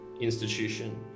institution